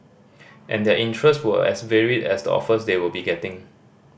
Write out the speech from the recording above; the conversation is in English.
and their interest were as varied as the offers they will be getting